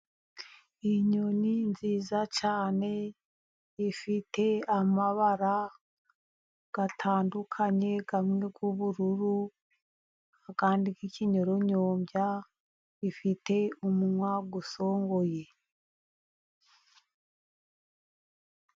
Inyoni nziza cyane ifite amabara atandukanye. Amwe y'ubururu andi y'ikinyoronyombya. Ifite umunwa usongoye.